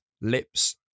lips